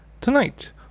Tonight